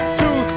two